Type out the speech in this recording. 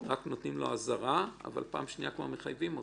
הוא רק מוזהר אבל בפעם השנייה כבר מחייבים אותו.